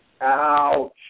Ouch